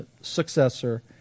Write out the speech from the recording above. successor